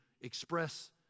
express